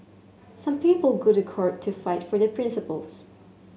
some people go to court to fight for their principles